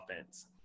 offense